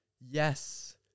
Yes